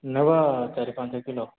ନେବା ଚାରି ପାଞ୍ଚ କିଲୋ